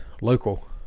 local